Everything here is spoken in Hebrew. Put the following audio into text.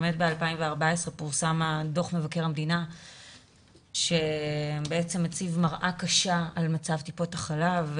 ב-2014 פורסם דוח מבקר המדינה שמציב מראה קשה על מצב טיפות החלב,